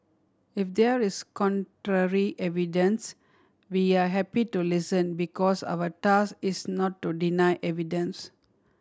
if there is contrary evidence we are happy to listen because our task is not to deny evidence